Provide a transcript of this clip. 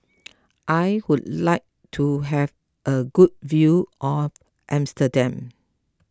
I would like to have a good view of Amsterdam